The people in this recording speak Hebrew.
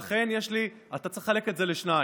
לכן יש לי, אתה צריך לחלק את זה לשניים.